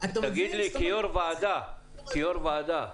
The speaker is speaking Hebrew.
כיו"ר ועדה,